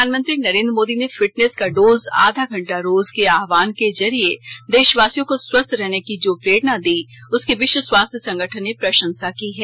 प्रधानमंत्री नरेन्द्र मोदी ने फिटनेस का डोज आधा घंटा रोज के आह्वान के जरिए देशवासियों को स्वस्थ रहने की जो प्रेरणा दी उसकी विश्व स्वास्थ्य संगठन ने प्रशंसा की है